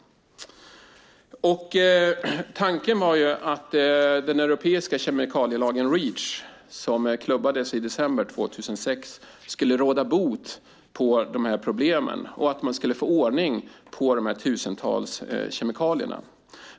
Tanken var ju att den europeiska kemikalielagen Reach, som klubbades i december 2006, skulle råda bot på de här problemen och att man skulle få ordning på dessa tusentals kemikalier.